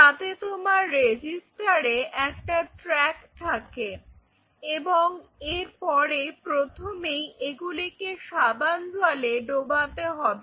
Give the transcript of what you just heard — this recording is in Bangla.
যাতে তোমার রেজিস্টারে একটা ট্র্যাক থাকে এবং এরপরে প্রথমেই এগুলিকে সাবান জলে ডোবাতে হবে